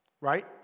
Right